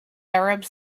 arabs